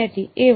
વિદ્યાર્થી